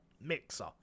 Mixer